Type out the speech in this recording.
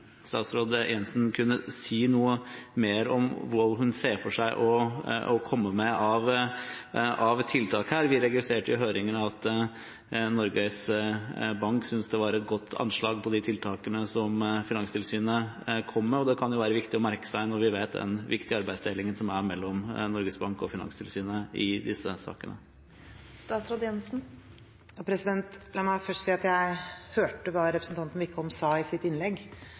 statsråd Jensen kunne si noe mer om hva hun ser for seg å komme med av tiltak her. Vi registrerte i høringen at Norges Bank synes de tiltakene som Finanstilsynet kom med, hadde gode anslag, og det kan være viktig å merke seg når vi vet den viktige arbeidsdelingen som er mellom Norges Bank og Finanstilsynet i disse sakene. La meg først si at jeg hørte hva representanten Wickholm sa i sitt innlegg.